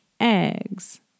eggs